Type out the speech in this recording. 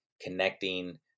connecting